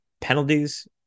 penalties